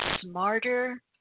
smarter